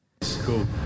Cool